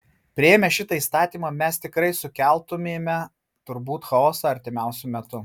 priėmę šitą įstatymą mes tikrai sukeltumėme turbūt chaosą artimiausiu metu